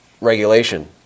regulation